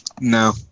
No